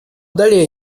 далее